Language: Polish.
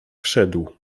wszedł